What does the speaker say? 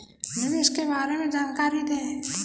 निवेश के बारे में जानकारी दें?